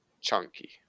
chunky